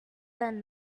than